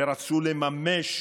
שרצו לממש